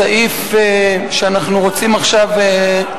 הסעיף שאנחנו רוצים עכשיו,